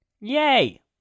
yay